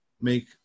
make